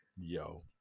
Yo